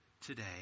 today